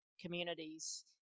communities